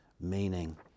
meaning